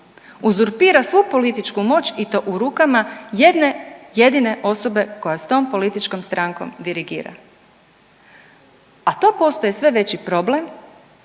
uzurpira svu političku moć i to u rukama jedne, jedine osobe koja s tom političkom strankom dirigira. A to postaje sve veći problem